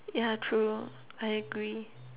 yeah true I agree